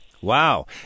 Wow